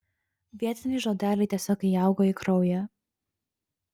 vietiniai žodeliai tiesiog įaugo į kraują